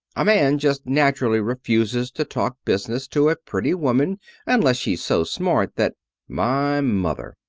a man just naturally refuses to talk business to a pretty woman unless she's so smart that my mother,